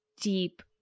deep